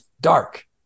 dark